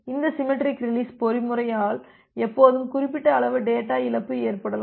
இந்த symmetric release பொறிமுறையால் எப்போதும் குறிப்பிட்ட அளவு டேட்டா இழப்பு ஏற்படலாம்